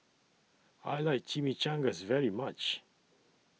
I like Chimichangas very much